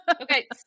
Okay